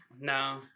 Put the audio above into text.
No